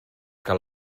que